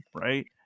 right